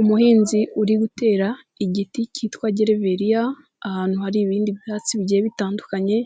Umuhinzi uri gutera igiti kitwa gereveriya ahantu hari ibindi byatsi bigiye bitandukanye,